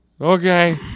Okay